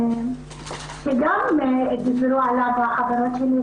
שגם דיברו עליו החברות שלי,